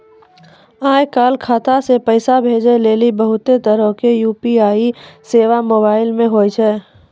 आय काल खाता से पैसा भेजै लेली बहुते तरहो के यू.पी.आई सेबा मोबाइल मे होय छै